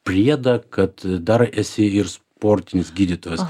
priedą kad dar esi ir sportinis gydytojas